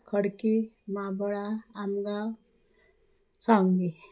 Khadki Mabala Amgaon Savgi